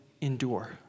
endure